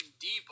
deep